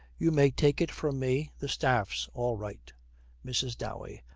you may take it from me, the staff's all right mrs. dowey.